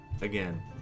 Again